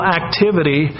activity